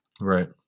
Right